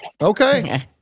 Okay